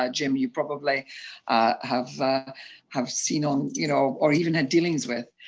ah jim, you probably have have seen um you know or even had dealings with,